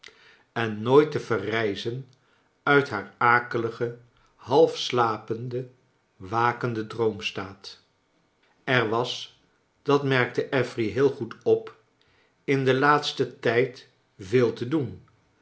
en nooit te verrijzen uit haar akeligen half slapenden wakenden droomstaat er was dat merkte affery heel goed op in den laatsten tijd veel te doen